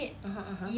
(uh huh) (uh huh)